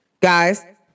guys